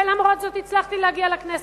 ולמרות זאת הצלחתי להגיע לכנסת.